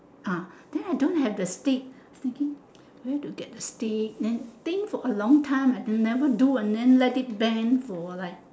ah then I don't have the stick thinking where to get the stick then think for a long time I never do and then let it bend for like